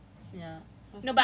twenty third november baru end